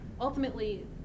Ultimately